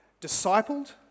discipled